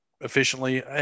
efficiently